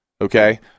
okay